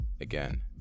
again